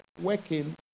working